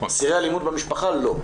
אסירי אלימות במשפחה לא.